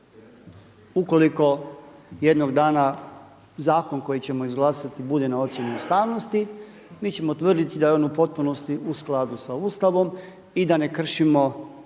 Ukoliko jednog dana zakon koji ćemo izglasati bude na ocjeni ustavnosti mi ćemo utvrditi da je on u potpunosti u skladu sa Ustavom i da ne kršimo